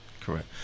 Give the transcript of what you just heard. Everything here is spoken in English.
Correct